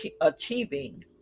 achieving